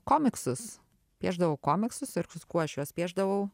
komiksus piešdavau komiksus ir kuo aš juos piešdavau